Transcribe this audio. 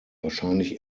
wahrscheinlich